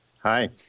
Hi